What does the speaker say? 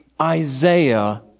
Isaiah